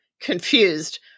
confused